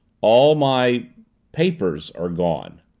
all my papers are gone.